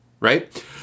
right